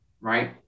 right